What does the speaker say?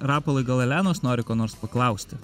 rapolai gal elenos nori ko nors paklausti